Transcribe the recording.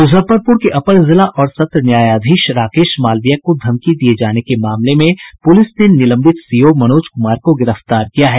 मुजफ्फरपुर के अपर जिला और सत्र न्यायाधीश राकेश मालवीय को धमकी दिये जाने के मामले में पुलिस ने निलंबित सीओ मनोज कुमार को गिरफ्तार किया है